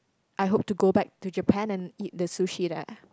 I hope to go back to Japan and eat the sushi there